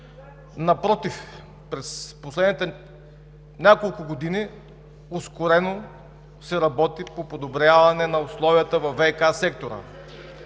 Напротив, през последните няколко години ускорено се работи по подобряване на условията във ВиК сектора.